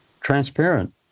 transparent